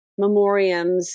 memoriams